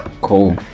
Cool